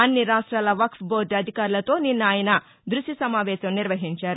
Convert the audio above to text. అన్ని రాష్ట్రాల వక్ప్ బోర్డు అధికారులతో నిన్న ఆయన దృశ్య సమావేశం నిర్వహించారు